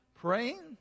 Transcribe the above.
Praying